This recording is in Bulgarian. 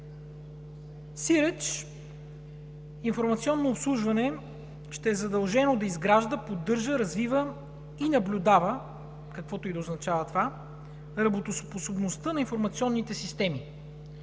Сиреч, „Информационно обслужване“ ще е задължено да изгражда, поддържа, развива и наблюдава – каквото и да означава това – работоспособността на информационните системи.